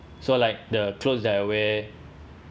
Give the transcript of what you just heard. so like the clothes that I wear